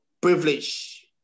privilege